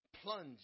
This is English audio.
plunge